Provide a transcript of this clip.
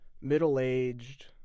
middle-aged